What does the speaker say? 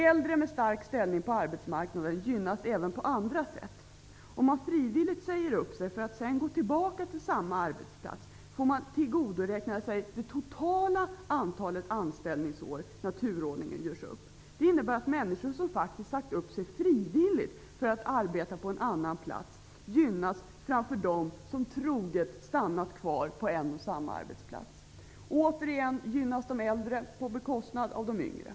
Äldre med stark ställning på arbetsmarknaden gynnas även på andra sätt. Om man frivilligt säger upp sig för att senare gå tillbaka till samma arbetsplats får man tillgodoräkna sig det totala antalet anställningsår när turordningen görs upp. Det innebär att mämniskor som faktiskt sagt upp sig frivilligt för att arbeta någon annanstans gynnas framför dem som troget stannat kvar på en och samma arbetsplats. Återigen gynnas de äldre på bekostnad av de yngre!